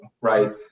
right